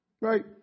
Right